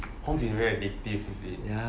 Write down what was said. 红景 very addictive is it